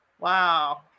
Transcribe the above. Wow